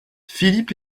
philippe